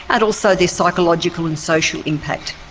and also the psychological and social impact.